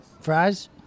Fries